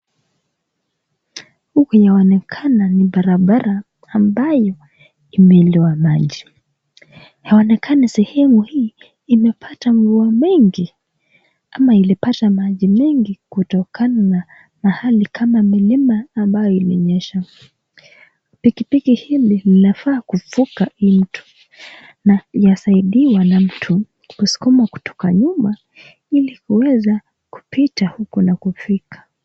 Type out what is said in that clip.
Huu inaonekana ni barabara ambayo imelowa maji . Inaonekana sehemu hii imepata mvua mengi ama ilipata maji mengi kutokana na mahali kama milima ambayo imeonyesha. Pikipiki hili kinafaa kufuka mto na inasaidiwa na mtu kusukuma kutoka nyuma ili kuweza kupata huko na kupita.